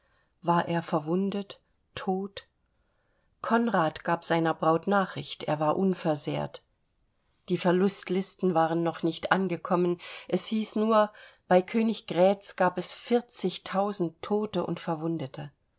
war er verwundet tot konrad gab seiner braut nachricht er war unversehrt die verlustlisten waren noch nicht angekommen es hieß nur bei königgrätz gab es vierzigtausend tote und verwundete